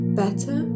better